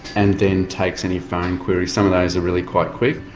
and then takes any phone queries. some of those are really quite quick,